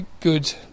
good